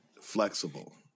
flexible